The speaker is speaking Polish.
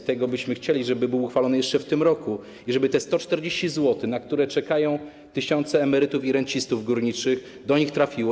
Chcielibyśmy, żeby był uchwalony jeszcze w tym roku i żeby te 140 zł, na które czekają tysiące emerytów i rencistów górniczych, do nich trafiło.